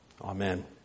Amen